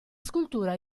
scultura